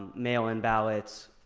mail-in ballots,